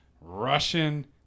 Russian